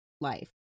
life